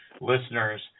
listeners